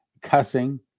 cussing